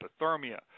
hypothermia